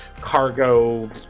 cargo